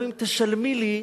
גם אם תשלמי לי,